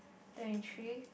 twenty three